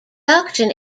auction